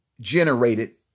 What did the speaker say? generated